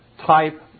type